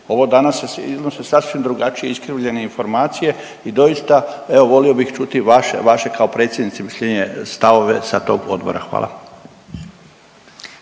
Ovo danas se iznose sasvim drugačije iskrivljene informacije i doista evo volio bih čuti vaše, vaše kao predsjednice stavove sa tog odbora. Hvala.